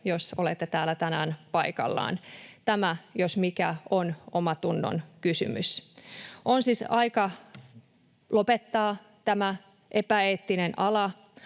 jos olette täällä tänään paikalla. Tämä, jos mikä, on omantunnon kysymys. On siis aika lopettaa tämä epäeettinen ala.